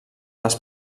les